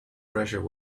pressure